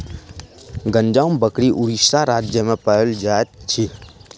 गंजाम बकरी उड़ीसा राज्य में पाओल जाइत अछि